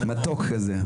מתוק כזה.